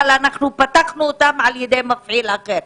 אבל אנחנו פתחנו אותם על ידי מפעיל אחר.